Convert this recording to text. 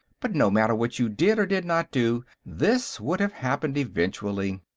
but no matter what you did or did not do, this would have happened eventually.